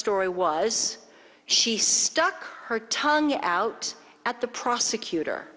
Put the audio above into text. story was she stuck her tongue out at the prosecutor